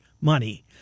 money